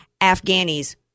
Afghanis